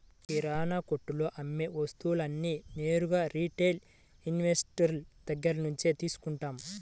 కిరణాకొట్టులో అమ్మే వస్తువులన్నీ నేరుగా రిటైల్ ఇన్వెస్టర్ దగ్గర్నుంచే తీసుకుంటాం